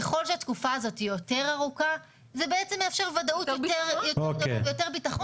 ככל שהתקופה הזאת יותר ארוכה זה מאפשר יותר ודאות ויותר ביטחון